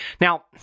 Now